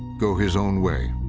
go his own way.